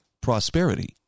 prosperity